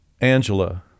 Angela